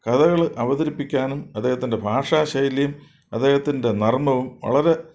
കഥകൾ അവതരിപ്പിക്കാനും അദ്ദേഹത്തിൻ്റെ ഭാഷാശൈലിയും അദ്ദേഹത്തിൻ്റെ നർമ്മവും വളരെ